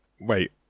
wait